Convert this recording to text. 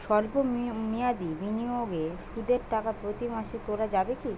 সল্প মেয়াদি বিনিয়োগে সুদের টাকা প্রতি মাসে তোলা যাবে কি?